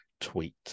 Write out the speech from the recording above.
tweet